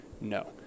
No